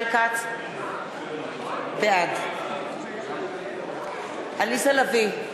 בעד עליזה לביא,